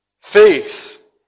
faith